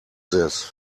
this